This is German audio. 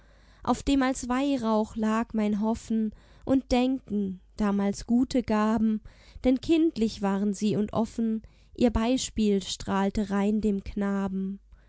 auf dem als weihrauch lag mein hoffen und denken damals gute gaben denn kindlich waren sie und offen ihr beispiel strahlte rein dem knaben